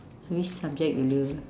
so which subject you love